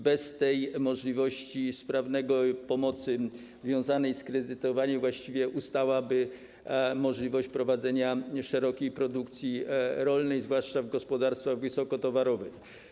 Bez możliwości sprawnej pomocy związanej z kredytowaniem właściwie ustałaby możliwość prowadzenia szerokiej produkcji rolnej, zwłaszcza w gospodarstwach wysokotowarowych.